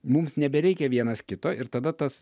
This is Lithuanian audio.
mums nebereikia vienas kito ir tada tas